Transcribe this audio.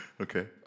Okay